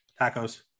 Tacos